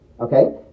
Okay